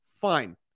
Fine